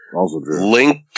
Link